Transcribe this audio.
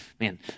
man